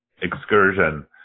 excursion